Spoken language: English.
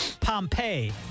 Pompeii